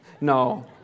no